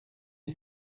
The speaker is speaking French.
est